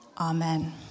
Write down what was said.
Amen